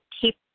keep